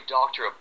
Doctor